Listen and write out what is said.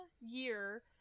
year